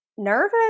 nervous